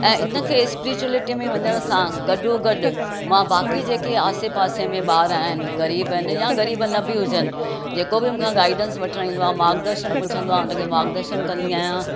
ऐ इन खे स्प्रिचुएलिटी में वञण सां गॾो गॾु मां बाक़ी जेके आसे पासे में ॿार आहिनि ग़रीब आहिनि या ग़रीब न बि हुजनि जेको बि मूंखां गाईडेंस वठणु ईंदो आहे मार्गदर्शन पुछंदो आहे हुन खे मार्गदर्शन कंदी आहियां